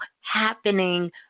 happening